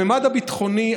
בממד הביטחוני,